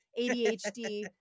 ADHD